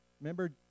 Remember